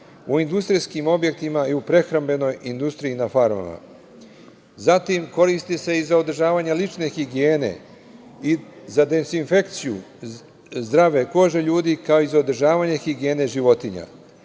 u industrijskim objektima i u prehrambenoj industriji na farmama. Zatim, koristi se i za održavanje lične higijene i za dezinfekciju zdrave kože ljudi, kao i za odražavanje higijene životinjaTakođe,